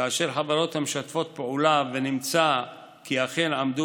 כאשר החברות משתפות פעולה ונמצא כי אכן עמדו